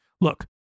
Look